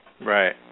Right